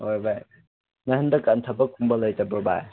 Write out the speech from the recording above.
ꯍꯣꯏ ꯕꯥꯏ ꯅꯪ ꯍꯟꯗꯛ ꯀꯥꯟ ꯊꯕꯛ ꯀꯨꯝꯕ ꯂꯩꯇꯕ꯭ꯔꯣ ꯕꯥꯏ